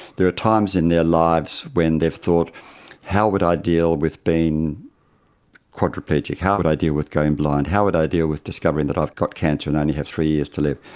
there are times in their lives when they've thought how would i deal with being quadriplegic, how would i deal with going blind, how would i deal with discovering that i've got cancer and only have three years to live.